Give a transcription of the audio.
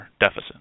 deficit